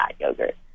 yogurt